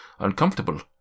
uncomfortable